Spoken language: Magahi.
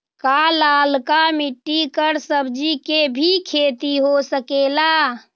का लालका मिट्टी कर सब्जी के भी खेती हो सकेला?